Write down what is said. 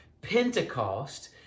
Pentecost